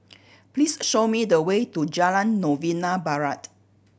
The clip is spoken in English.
please show me the way to Jalan Novena Barat